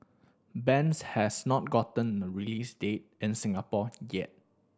bends has not gotten a release date in Singapore yet